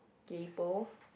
kaypo